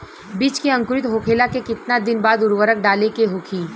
बिज के अंकुरित होखेला के कितना दिन बाद उर्वरक डाले के होखि?